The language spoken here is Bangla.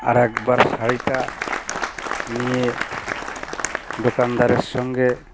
আর একবার শাড়িটা নিয়ে দোকানদারের সঙ্গে